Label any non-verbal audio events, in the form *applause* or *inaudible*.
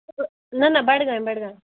*unintelligible* نہ نہ بڈگامہِ بڈگام